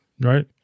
right